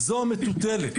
זו המטוטלת,